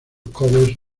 covers